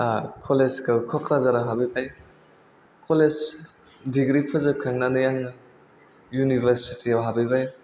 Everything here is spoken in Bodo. कलेजखौ क'क्राझाराव हाबहैबाय कलेज दिग्रि फोजोबखांनानै आङो इउनिभारसिटिआव हाबहैबाय